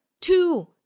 two